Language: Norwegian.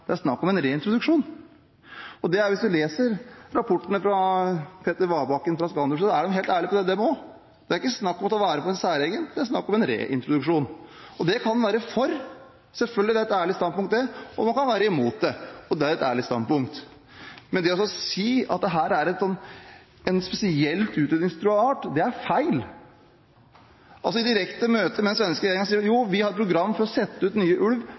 det er snakk om en reintroduksjon. Hvis man leser rapportene fra Petter Wabakken fra Skandulv, er de helt ærlige om det, de også. Det er ikke snakk om å ta vare på en særegen stamme, det er snakk om en reintroduksjon. Det kan en være for – det er selvfølgelig et ærlig standpunkt, det – eller man kan være imot det, og det er også et ærlig standpunkt. Men det å si at dette er en spesielt utrydningstruet art, er feil. I direkte møte med den svenske regjeringen sier de at de har et program for å sette ut ny ulv